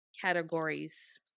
categories